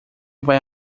vai